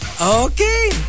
okay